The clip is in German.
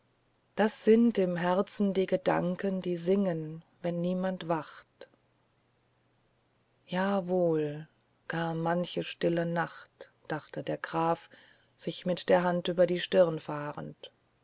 das sind im herzen die gedanken die singen wenn niemand wacht ja wohl gar manche stille nacht dachte der graf sich mit der hand über die stirn fahrend